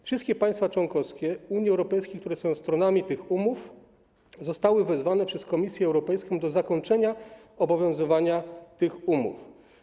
Wszystkie państwa członkowskie Unii Europejskiej, które są stronami tych umów, zostały wezwane przez Komisję Europejską do zakończenia obowiązywania tych umów.